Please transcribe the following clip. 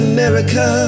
America